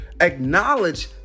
acknowledge